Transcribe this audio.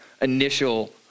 initial